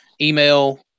email